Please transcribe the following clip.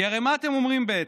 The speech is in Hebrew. כי הרי מה אתם אומרים, בעצם?